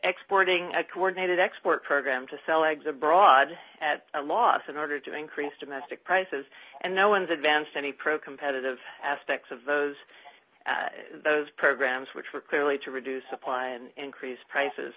exploiting a coordinated export program to sell eggs abroad at a loss in order to increase domestic prices and no one to advance any pro competitive aspects of those those programs which are clearly to reduce supply and increase prices